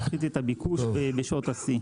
נפחית את הביקוש בשעות השיא.